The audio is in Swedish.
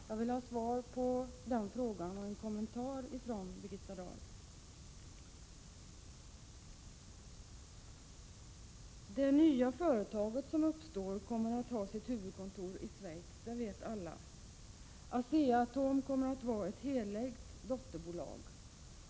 Jag vill ha svar på den frågan och en kommentar från Birgitta Dahl. Det nya företag som uppstår kommer, som alla vet, att ha sitt huvudkontor i Schweiz, och ASEA-ATOM kommer att vara ett helägt dotterbolag.